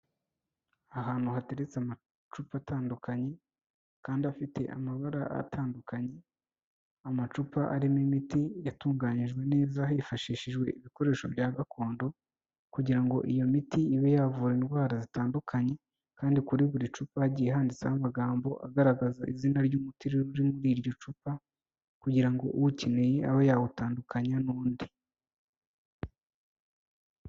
Ahantu hateretse amacupa atandukanye kandi afite amabara atandukanye, amacupa arimo imiti yatunganyijwe neza hifashishijwe ibikoresho bya gakondo, kugira ngo iyo miti ibe yavura indwara zitandukanye kandi kuri buri cupa hagiye handitseho amagambo agaragaza izina ry'umuti uri muri iryo cupa kugira uwukeneye abe yawutandukanya n'undi.